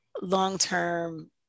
long-term